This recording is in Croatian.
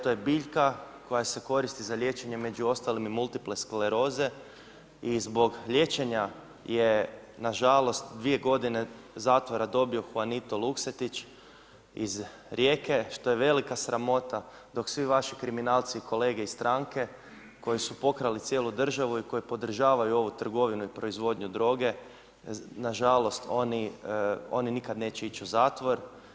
To je biljka koja se koristi za liječenje među ostalim i multiple skleroze i zbog liječenja je na žalost dvije godine zatvora dobio Huanito Luksetići iz Rijeke što je velika sramota, dok svi vaši kriminalci, kolege iz stranke koji su pokrali cijelu državu i koji podržavaju ovu trgovinu i proizvodnju droge na žalost oni nikad neće ići u zatvor.